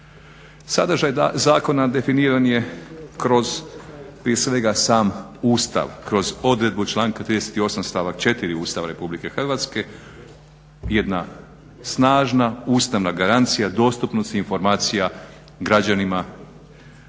Sadržaj zakona definiran je kroz prije svega sam Ustav, kroz odredbu članka 38. stavak 4. Ustava RH. Jedna snažna, ustavna garancija dostupnosti informacija građanima.